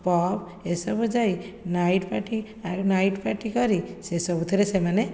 pub ଏସବୁ ଯାଇ night party night party କରି ସେ ସବୁଥିରେ ସେମାନେ